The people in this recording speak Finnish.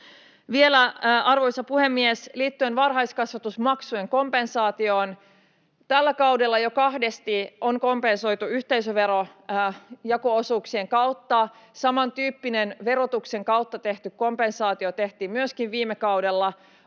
Vielä, arvoisa puhemies, liittyen varhaiskasvatusmaksujen kompensaatioon: Tällä kaudella jo kahdesti on kompensoitu yhteisöverojako-osuuksien kautta. Samantyyppinen verotuksen kautta tehty kompensaatio tehtiin myöskin viime kaudella.